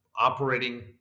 operating